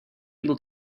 able